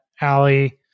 Allie